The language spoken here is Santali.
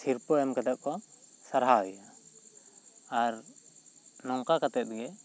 ᱥᱤᱨᱯᱟᱹ ᱮᱢ ᱠᱟᱛᱮᱜ ᱠᱚ ᱥᱟᱨᱦᱟᱣ ᱮᱭᱟ ᱟᱨ ᱱᱚᱝᱠᱟ ᱠᱟᱛᱮᱫ ᱜᱮ